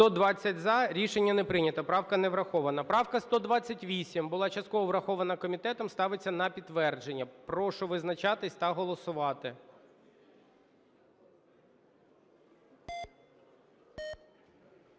- за. Рішення не прийнято. Правка не врахована. Правка 129, була частково врахована комітетом. Ставиться на підтвердження. Прошу визначатися та голосувати.